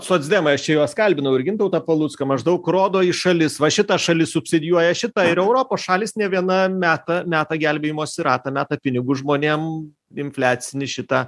socdemai aš čia juos kalbinau ir gintautą palucką maždaug rodo į šalis va šita šalis subsidijuoja šitą ir europos šalys ne viena meta meta gelbėjimosi ratą meta pinigų žmonėm infliacinį šitą